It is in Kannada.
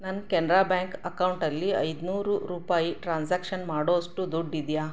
ನನ್ನ ಕೆನ್ರಾ ಬ್ಯಾಂಕ್ ಅಕೌಂಟಲ್ಲಿ ಐದುನೂರು ರೂಪಾಯಿ ಟ್ರಾನ್ಸಾಕ್ಷನ್ ಮಾಡೋ ಅಷ್ಟು ದುಡ್ಡಿದೆಯಾ